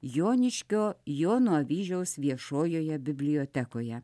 joniškio jono avyžiaus viešojoje bibliotekoje